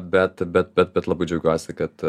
bet bet bet labai džiaugiuosi kad